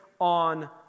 On